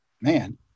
man